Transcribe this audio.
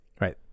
right